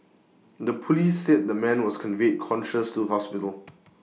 the Police said the man was conveyed conscious to hospital